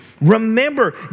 Remember